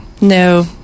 No